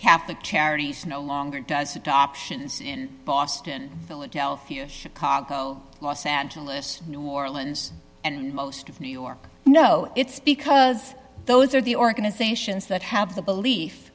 catholic charities no longer does adoptions in boston philadelphia chicago los angeles new orleans and most of new york no it's because those are the organizations that have the belief